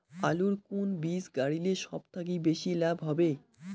আলুর কুন বীজ গারিলে সব থাকি বেশি লাভ হবে?